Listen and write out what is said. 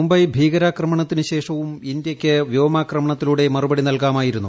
മുംബൈ ഭീകരാക്രമണത്തിന് പ്ലൂ ശേഷവും ഇന്ത്യയ്ക്ക് വ്യോമാക്രമണത്തിലൂടെ മറുപൂടി നെല്കാമായിരുന്നു